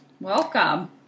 Welcome